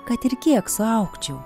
kad ir kiek suaugčiau